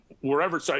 wherever